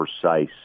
precise